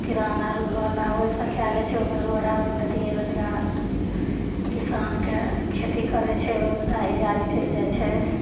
किराना आओरवला ओहिसे कै लै छै ओहिमे रोड आओरमे देतिए रोजगार किसानके खेती करै छै ओहिमे दाही जारी चलि जाइ छै